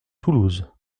toulouse